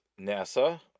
NASA